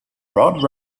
brought